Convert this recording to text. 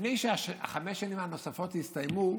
לפני שחמש השנים הנוספות הסתיימו,